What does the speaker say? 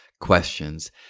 questions